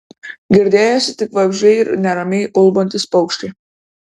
girdėjosi tik vabzdžiai ir neramiai ulbantys paukščiai